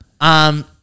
Um-